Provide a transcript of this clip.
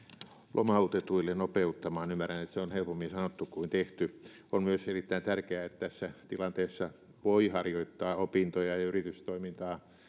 lomautetuille nopeuttamaan ymmärrän että se on helpommin sanottu kuin tehty on myös erittäin tärkeää että tässä tilanteessa voi harjoittaa opintoja ja yritystoimintaa